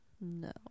No